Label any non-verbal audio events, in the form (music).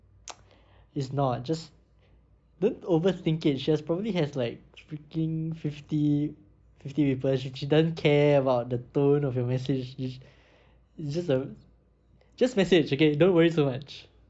(noise) it's not just don't over think it she ha~ probably has like freaking fifty fifty people sh~ she doesn't care about the tone of your message is is just uh just message okay don't worry so much